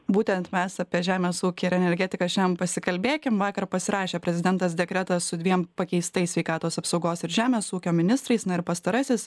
būtent mes apie žemės ūkį ir energetiką šian pasikalbėkim vakar pasirašė prezidentas dekretą su dviem pakeistais sveikatos apsaugos ir žemės ūkio ministrais na ir pastarasis